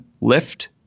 lift